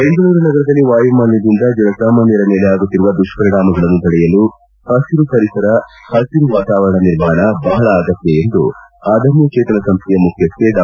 ಬೆಂಗಳೂರು ನಗರದಲ್ಲಿ ವಾಯು ಮಾಲಿನ್ಯದಿಂದ ಜನಸಾಮಾನ್ಯರ ಮೇಲೆ ಆಗುತ್ತಿರುವ ದುಷ್ಪರಿಣಾಮಗಳನ್ನು ತಡೆಯಲು ಹಬಿರು ಪರಿಸರ ಹಬಿರು ವಾತಾವರಣ ನಿರ್ಮಾಣ ಬಹಳ ಅಗತ್ಯ ಎಂದು ಅದಮ್ಯ ಚೇತನ ಸಂಸ್ಥೆಯ ಮುಖ್ಚಿಕ್ಕೆ ಡಾ